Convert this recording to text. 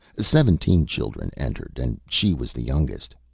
seventeen children entered, and she was the youngest.